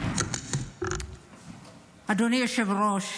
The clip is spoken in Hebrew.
אדוני היושב-ראש,